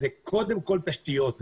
אלה קודם כל תשתיות.